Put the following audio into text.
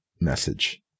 message